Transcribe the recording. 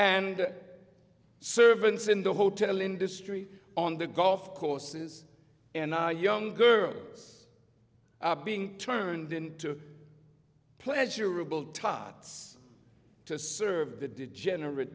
and servants in the hotel industry on the golf courses and young girls being turned into pleasurable tarts to serve the degenerate